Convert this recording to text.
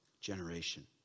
generation